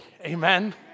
Amen